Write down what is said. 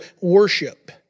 worship